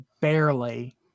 barely